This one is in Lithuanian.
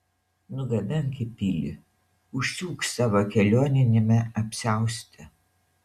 nugabenk į pilį užsiūk savo kelioniniame apsiauste